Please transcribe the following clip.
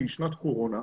שהיא שנת קורונה,